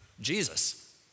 Jesus